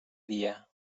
dia